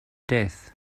death